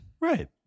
Right